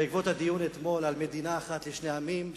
בעקבות הדיון אתמול על מדינה אחת לשני עמים,